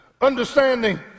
Understanding